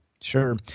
Sure